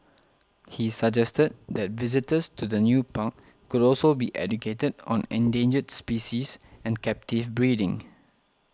he suggested that visitors to the new park could also be educated on endangered species and captive breeding